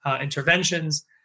interventions